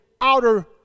outer